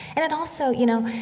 and it also, you know,